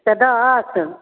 एक सओ दस